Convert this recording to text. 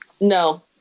No